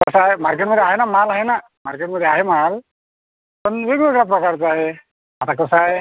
कसं आहे मार्केटमध्ये आहे ना माल आहे ना मार्केटमध्ये आहे माल पण वेगवेगळ्या प्रकारचा आहे आता कसं आहे